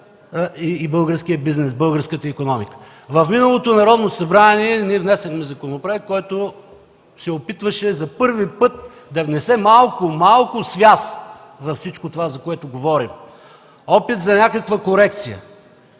и българския бизнес, българската икономика. В миналото Народно събрание ние внесохме законопроект, който се опитваше за първи път да внесе малко, малко свяст за всичко онова, за което говорим, опит за някаква корекция,